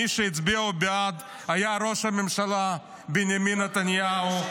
מי שהצביע בעד היה ראש הממשלה בנימין נתניהו,